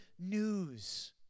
news